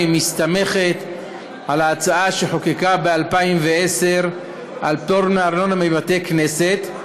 והיא מסתמכת על ההצעה שחוקקה ב-2010 על פטור מארנונה לבתי-כנסת.